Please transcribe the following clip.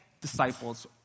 disciples